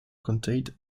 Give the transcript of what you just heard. contained